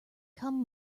come